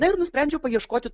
ir nusprendžiau paieškoti